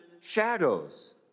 shadows